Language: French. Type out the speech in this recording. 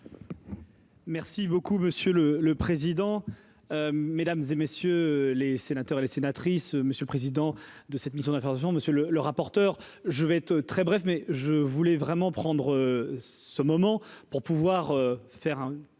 Merci beaucoup monsieur le le président, mesdames et messieurs les sénateurs et les sénatrices, monsieur le président de cette mission d'information, monsieur le le rapporteur. Je vais être très bref mais je voulais vraiment prendre ce moment pour pouvoir faire un